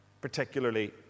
particularly